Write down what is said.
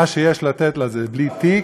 מה שיש לה לתת לו זה בלי תיק,